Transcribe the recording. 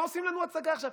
מה עושים לנו הצגה עכשיו?